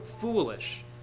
foolish